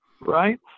right